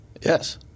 Yes